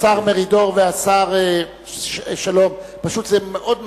מרידור והשר שלום, פשוט, זה מאוד מפריע,